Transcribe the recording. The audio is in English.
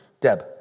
Deb